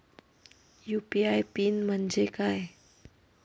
UPI PIN म्हणजे काय?